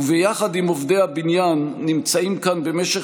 וביחד עם עובדי הבניין נמצאים כאן במשך